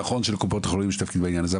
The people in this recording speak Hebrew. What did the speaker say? זה נכון שלקופות החולים יש תפקיד בעניין הזה.